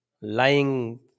lying